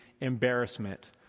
embarrassment